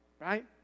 Right